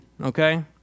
okay